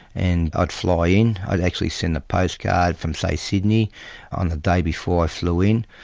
and i'd fly in, i'd actually send the postcard from say sydney on the day before i flew in,